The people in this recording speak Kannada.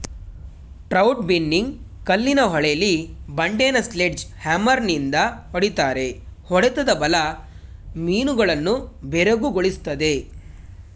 ಟ್ರೌಟ್ ಬಿನ್ನಿಂಗ್ ಕಲ್ಲಿನ ಹೊಳೆಲಿ ಬಂಡೆನ ಸ್ಲೆಡ್ಜ್ ಹ್ಯಾಮರ್ನಿಂದ ಹೊಡಿತಾರೆ ಹೊಡೆತದ ಬಲ ಮೀನುಗಳನ್ನು ಬೆರಗುಗೊಳಿಸ್ತದೆ